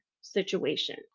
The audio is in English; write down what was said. situation